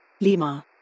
Lima